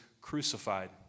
crucified